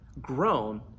grown